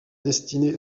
destinée